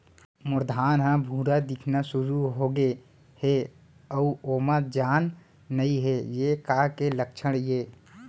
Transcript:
मोर धान ह भूरा दिखना शुरू होगे हे अऊ ओमा जान नही हे ये का के लक्षण ये?